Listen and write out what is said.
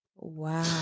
Wow